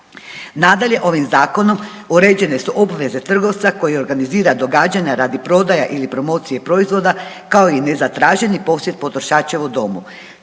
Nadalje, ovim zakonom uređene su obveze trgovca koji organizira događanja radi prodaje ili promocije proizvoda, kao i nezatraženi posjet potrošača u domu.